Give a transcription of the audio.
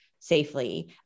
safely